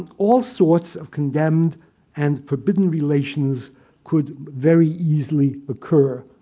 all sorts of condemned and forbidden relations could very easily occur.